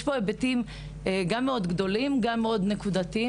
יש פה גם היבטים גדולים מאוד וגם נקודתיים מאוד.